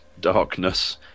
darkness